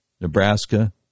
Nebraska